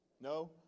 No